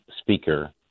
speaker